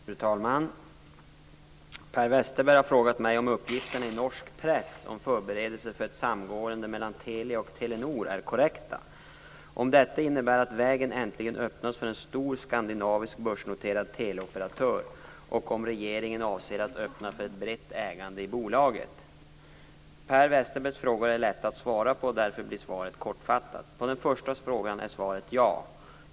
Fru talman! Per Westerberg har frågat mig om uppgifterna i norsk press om förberedelser för ett samgående mellan Telia och Telenor är korrekta, om detta innebär att vägen äntligen öppnas för en stor skandinavisk börsnoterad teleoperatör och om regeringen avser att öppna för ett brett ägande i bolaget. Per Westerbergs frågor är lätta att svara på, därför blir svaret kortfattat. På den första frågan är svaret ja.